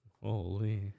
Holy